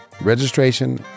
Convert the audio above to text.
registration